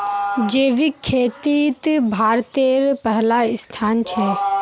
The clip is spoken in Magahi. जैविक खेतित भारतेर पहला स्थान छे